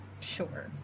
Sure